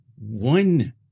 one